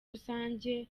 rusange